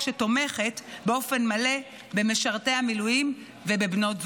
שתומכת באופן מלא במשרתי המילואים ובבנות זוגם.